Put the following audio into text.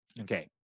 Okay